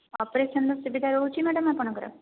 ଅପେରସନର ସୁବିଧା ରହୁଛି ମ୍ୟାଡ଼ାମ ଆପଣ ଙ୍କର